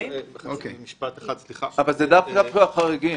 דברים שחרגו